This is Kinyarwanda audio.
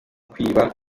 kwiba